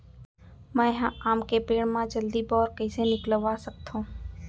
मैं ह आम के पेड़ मा जलदी बौर कइसे निकलवा सकथो?